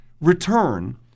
return